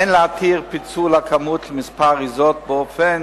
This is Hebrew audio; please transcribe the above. אין להתיר פיצול הכמות למספר אריזות באופן